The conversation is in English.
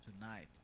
tonight